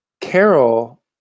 carol